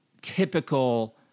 typical